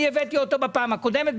אני הבאתי אותו בפעם הקודמת,